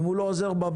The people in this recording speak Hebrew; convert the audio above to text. אם הוא לא עוזר בבית,